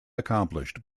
accomplished